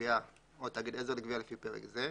הגבייה או תאגיד עזר לגבייה לפי פרק זה,